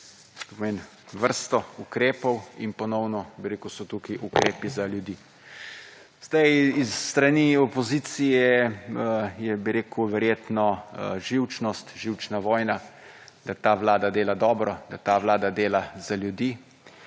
vrsto ukrepov in ponovno, bi rekel, so tukaj ukrepi za ljudi. Zdaj s strani opozicije je, bi rekel, verjetno živčnost, živčna vojna, da ta vlada dela dobro, da ta vlada dela za ljudi.